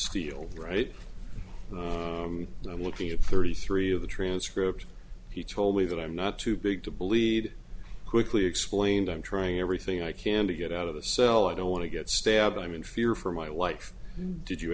skeel right now looking at thirty three of the transcript he told me that i'm not too big to believe quickly explained i'm trying everything i can to get out of the cell i don't want to get stabbed i'm in fear for my life did you